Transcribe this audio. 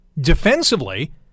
Defensively